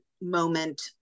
moment